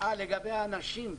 לגבי הנשים,